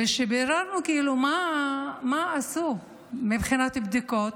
וכשביררנו מה עשו מבחינת הבדיקות,